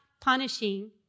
punishing